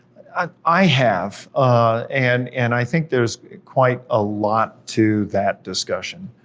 i have, ah and and i think there's quite a lot to that discussion.